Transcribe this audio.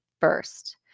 first